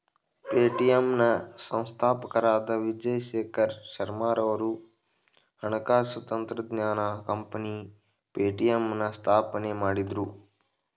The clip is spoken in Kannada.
ಪೇಟಿಎಂ ನ ಸಂಸ್ಥಾಪಕರಾದ ವಿಜಯ್ ಶೇಖರ್ ಶರ್ಮಾರವರು ಹಣಕಾಸು ತಂತ್ರಜ್ಞಾನ ಕಂಪನಿ ಪೇಟಿಎಂನ ಸ್ಥಾಪನೆ ಮಾಡಿದ್ರು